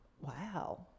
Wow